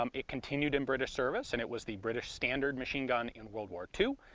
um it continued in british service, and it was the british standard machine gun in world war two.